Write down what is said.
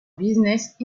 business